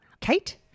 Kate